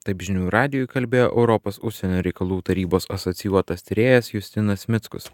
taip žinių radijui kalbėjo europos užsienio reikalų tarybos asocijuotas tyrėjas justinas mickus